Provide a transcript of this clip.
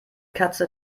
katze